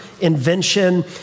invention